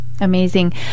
amazing